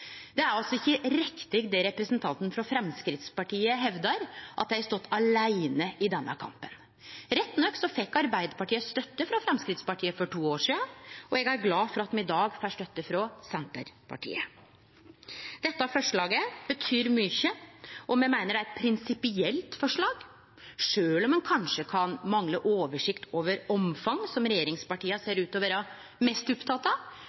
Det er altså ikkje riktig det representanten frå Framstegspartiet hevdar, at dei har stått åleine i denne kampen. Rett nok fekk Arbeidarpartiet støtte frå Framstegspartiet for to år sidan, og eg er glad for at me i dag får støtte frå Senterpartiet. Dette forslaget betyr mykje, og me meiner det er eit prinsipielt forslag. Sjølv om ein kanskje kan mangle oversikt over omfang, som regjeringspartia ser ut til å vere mest opptekne av,